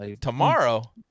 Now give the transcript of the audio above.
Tomorrow